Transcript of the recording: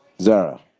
Zara